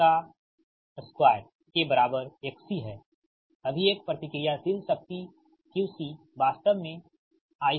2 के बराबर XC हैअभी एक प्रतिक्रियाशील शक्ति QC वास्तव मे